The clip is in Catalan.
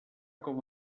com